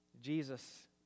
Jesus